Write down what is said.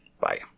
Bye